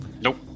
Nope